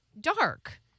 dark